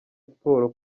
siporo